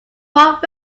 what